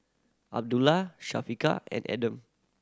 Abdullah Syafiqah and Adam